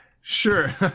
Sure